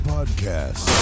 Podcast